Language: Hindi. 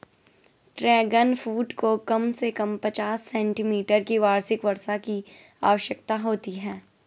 ड्रैगन फ्रूट को कम से कम पचास सेंटीमीटर की वार्षिक वर्षा की आवश्यकता होती है